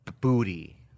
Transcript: booty